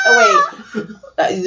Wait